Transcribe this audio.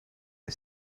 her